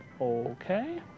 Okay